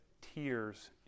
tears